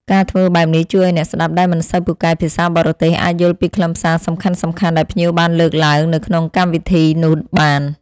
ការធ្វើបែបនេះជួយឱ្យអ្នកស្តាប់ដែលមិនសូវពូកែភាសាបរទេសអាចយល់ពីខ្លឹមសារសំខាន់ៗដែលភ្ញៀវបានលើកឡើងនៅក្នុងកម្មវិធីនោះបាន។